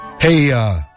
Hey